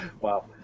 Wow